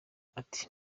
ati